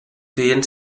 feien